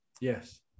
Yes